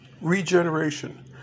regeneration